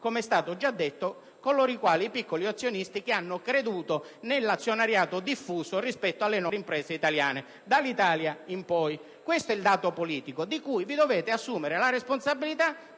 come è stato già detto, i piccoli azionisti che hanno creduto nell'azionariato diffuso rispetto alle nostre imprese italiane. Questo è il dato politico di cui vi dovete assumere la responsabilità